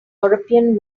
european